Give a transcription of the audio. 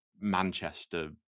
Manchester